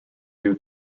due